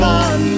on